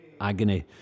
agony